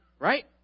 Right